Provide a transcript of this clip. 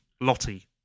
lottie